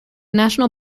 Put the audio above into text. national